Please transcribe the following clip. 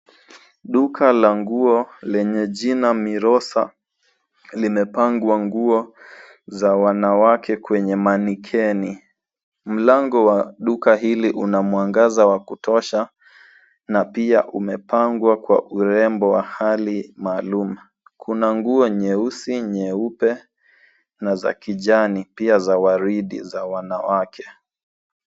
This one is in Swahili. Duka la nguo lenya jina Mirosa, limepangwa nguo za wanawake kwenye manikeni. Mlango wa duka hili una mwangaza wa kutosha, na pia umepangwa kwa urembo wa hali maalum. Kuna nguo nyeusi, nyeupe, na za kijani, pia za waridi za wanawake.